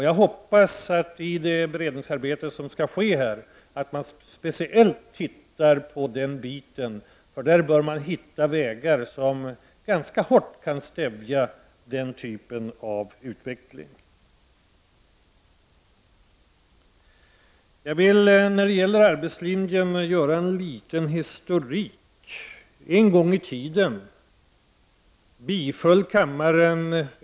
Jag hoppas att man i beredningsarbetet speciellt tittar på dessa saker. Man bör hitta vägar som ganska hårt kan stävja den typen av utveckling. Jag vill göra en liten historik rörande arbetslinjen.